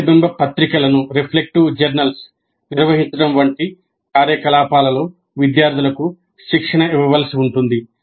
ప్రతిబింబ పత్రికలను నిర్వహించడం వంటి కార్యకలాపాలలో విద్యార్థులకు శిక్షణ ఇవ్వవలసి ఉంటుంది